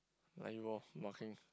are you off marking